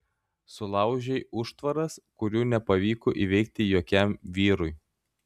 sulaužei užtvaras kurių nepavyko įveikti jokiam vyrui